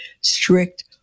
strict